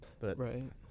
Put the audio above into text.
Right